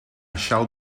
shall